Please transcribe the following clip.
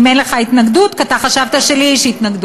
אם אין לך התנגדות, כי אתה חשבת שלי יש התנגדות.